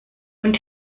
und